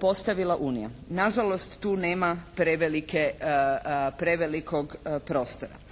postavila Unija, na žalost tu nema prevelikog prostora.